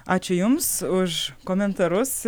ačiū jums už komentarus